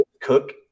Cook